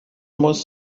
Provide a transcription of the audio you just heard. muss